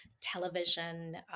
television